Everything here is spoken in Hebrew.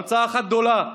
המצאה אחת גדולה.